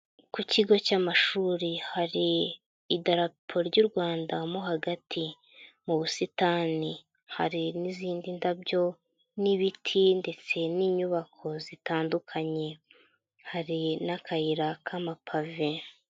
Ku kigo cy'amashuri hari idarapo ry'u Rwanda mo hagati mu busitani. Hari n'izindi ndabyo n'ibiti ndetse n'inyubako zitandukanye. Hari n'akayira k'amapave.